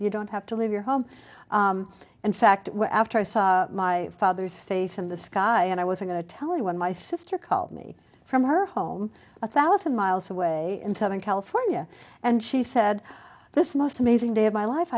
you don't have to leave your home in fact after i saw my father's face in the sky and i was going to tell you when my sister called me from her home a thousand miles away in southern california and she said this most amazing day of my life